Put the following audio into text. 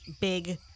big